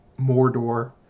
Mordor